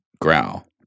growl